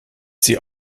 sie